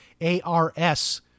A-R-S